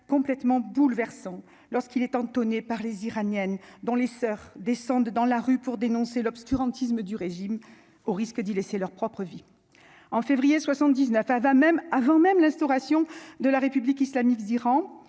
complètement bouleversant lorsqu'il est entonné par les iranienne dont les soeurs descendent dans la rue pour dénoncer l'obscurantisme du régime, au risque d'y laisser leurs propres vie en février 79 même, avant même l'instauration de la République islamique d'Iran,